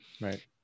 Right